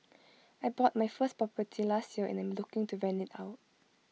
I bought my first property last year and I am looking to rent IT out